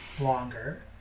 longer